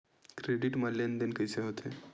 Credit मा लेन देन कइसे होथे?